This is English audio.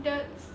that's